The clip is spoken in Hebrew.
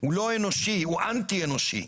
הוא לא אנושי, הוא אנטי אנושי.